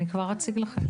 אני כבר אציג לכם.